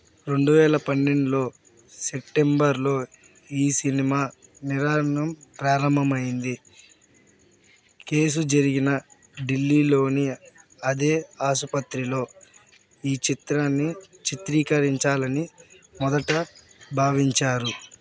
రెండు వేల పన్నెండులో సెప్టెంబర్లో ఈ సినిమా నిర్మాణం ప్రారంభమైంది కేసు జరిగిన ఢిల్లీలోని అదే ఆసుపత్రిలో ఈ చిత్రాన్ని చిత్రీకరించాలని మొదట భావించారు